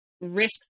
risk